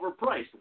overpriced